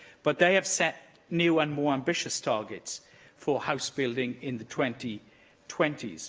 but they have set new and more ambitious targets for house building in the twenty twenty s,